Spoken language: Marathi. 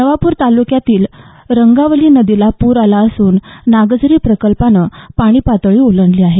नवापुर तालुक्यातील रंगावली नदीला पूर आला असून नागझरी प्रकल्पानं पाणीपातळी ओलांडली आहे